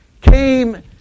came